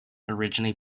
originally